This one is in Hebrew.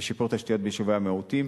ושיפור תשתיות ביישובי המיעוטים,